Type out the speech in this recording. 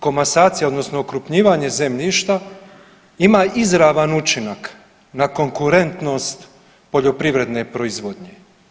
Komasacija odnosno okrupnjivanje zemljišta ima izravan učinak na konkurentnost poljoprivredne proizvodnje.